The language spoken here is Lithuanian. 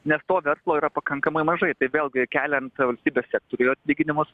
nes to verslo yra pakankamai mažai tai vėlgi keliant valstybės sektoriuje atlyginimus